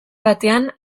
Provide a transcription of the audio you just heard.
batean